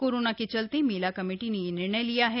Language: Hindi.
कोरोना के चलते मेला कमेटी ने यह निर्णय लिया है